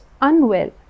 unwell